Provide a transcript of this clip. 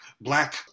black